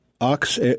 Ox